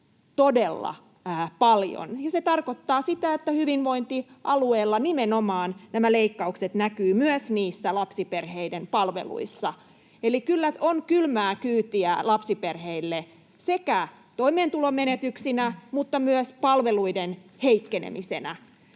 todella paljon. Se tarkoittaa sitä, että hyvinvointialueilla nimenomaan nämä leikkaukset näkyvät myös niissä lapsiperheiden palveluissa. Eli kyllä on kylmää kyytiä lapsiperheille sekä toimeentulon menetyksinä että myös palveluiden heikkenemisenä.